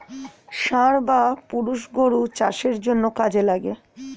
ষাঁড় বা পুরুষ গরু চাষের জন্যে কাজে লাগে